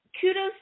kudos